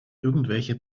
irgendwelche